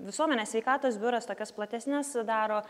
visuomenės sveikatos biuras tokias platesnes daro